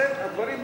לכן הדברים,